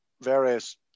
various